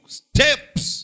steps